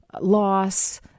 loss